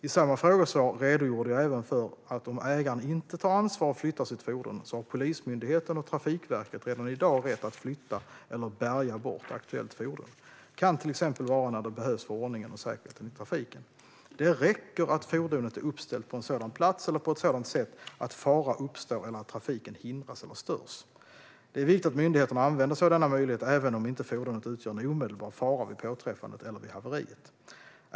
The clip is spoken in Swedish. I samma frågesvar redogjorde jag även för att om ägaren inte tar ansvar och flyttar sitt fordon har Polismyndigheten och Trafikverket redan i dag rätt att flytta eller bärga bort aktuellt fordon. Det kan till exempel vara när det behövs för ordningen och säkerheten i trafiken. Det räcker att fordonet är uppställt på en sådan plats eller på ett sådant sätt att fara uppstår eller att trafiken hindras eller störs. Det är viktigt att myndigheterna använder sig av denna möjlighet även om inte fordonet utgör en omedelbar fara vid påträffandet eller vid haveriet.